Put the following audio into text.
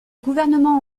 gouvernement